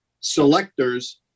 selectors